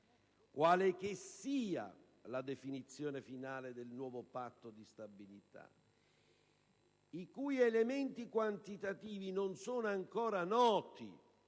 Quale che sia la definizione finale del nuovo Patto di stabilità - i cui elementi quantitativi non sono ancora noti